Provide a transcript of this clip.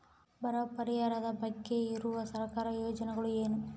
ಬರ ಪರಿಹಾರದ ಬಗ್ಗೆ ಇರುವ ಸರ್ಕಾರದ ಯೋಜನೆಗಳು ಏನು?